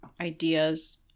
ideas